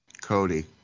Cody